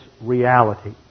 reality